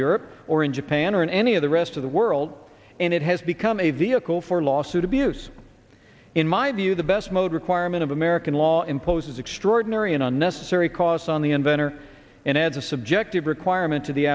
europe or in japan or in any of the rest of the world and it has become a vehicle for lawsuit abuse in my view the best mode requirement of american law imposes extraordinary and unnecessary costs on the inventor and as a subjective requirement to the